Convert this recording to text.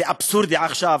זה אבסורדי עכשיו,